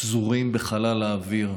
מפוזרים בחלל האוויר.